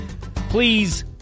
Please